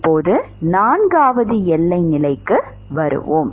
இப்போது நான்காவது எல்லை நிலைக்கு வருவோம்